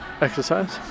exercise